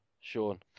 Sean